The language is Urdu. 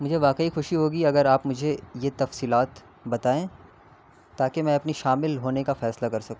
مجھے واقعی خوشی ہوگی اگر آپ مجھے یہ تفصیلات بتائیں تاکہ میں اپنے شامل ہونے کا فیصلہ کر سکوں